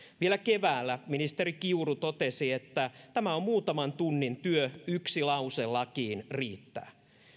vielä keväällä ministeri kiuru totesi että tämä on muutaman tunnin työ yksi lause lakiin riittää